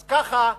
אז ככה,